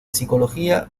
psicología